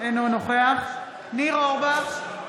אינו נוכח ניר אורבך,